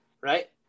right